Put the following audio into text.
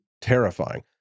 terrifying